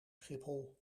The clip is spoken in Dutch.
schiphol